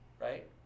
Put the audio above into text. right